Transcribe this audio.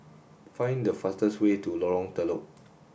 find the fastest way to Lorong Telok